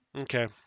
Okay